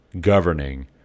governing